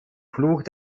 fluch